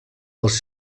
als